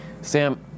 Sam